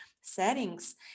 settings